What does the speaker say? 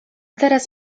teraz